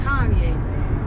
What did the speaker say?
Kanye